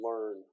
learn